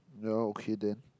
that one okay then